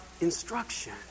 instruction